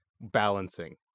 balancing